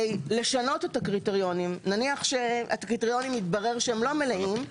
לשנות את הקריטריונים יתברר שהם לא מלאים.